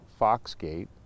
Foxgate